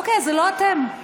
אוקיי, זה לא אתם,